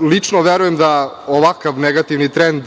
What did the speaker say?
Lično verujem da ovakav negativan trend,